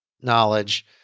knowledge